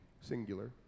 singular